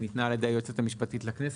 שניתנה על ידי היועצת המשפטית לכנסת,